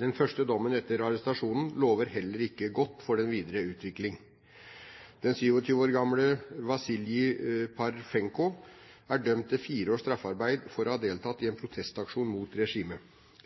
Den første dommen etter arrestasjonene lover heller ikke godt for den videre utvikling. Den 27 år gamle Vasilij Parfenkov er dømt til fire års straffarbeid for å ha deltatt i en protestaksjon mot regimet.